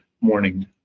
morning